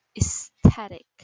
aesthetic